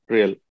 Real